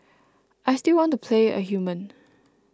I still want to play a human